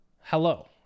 hello